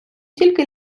тільки